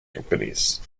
companies